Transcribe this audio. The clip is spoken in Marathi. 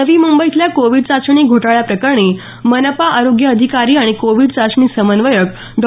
नवी मुंबईतल्या कोविड चाचणी घोटाळ्याप्रकरणी मनपा आरोग्य अधिकारी आणि कोविड चाचणी समन्वयक डॉ